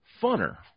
funner